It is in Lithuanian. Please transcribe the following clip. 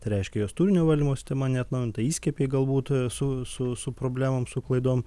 reiškia jos turinio valdymo sistema neatnaujinta įskiepiai galbūt su su su problemom su klaidom